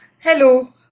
Hello